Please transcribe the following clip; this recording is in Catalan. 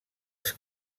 els